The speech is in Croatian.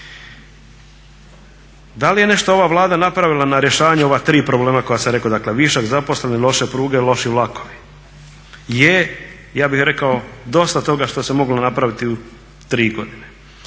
Da li je nešto ova Vlada napravila na rješavanju ova 3 problema koja sam rekao, dakle višak zaposlenih, loše pruge, loši vlakovi? Je, ja bih rekao dosta toga što se moglo napraviti u 3 godine.